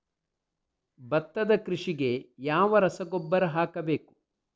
ಭತ್ತದ ಕೃಷಿಗೆ ಯಾವ ರಸಗೊಬ್ಬರ ಹಾಕಬೇಕು?